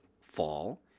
fall